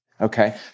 Okay